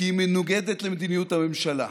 כי היא מנוגדת למדיניות הממשלה,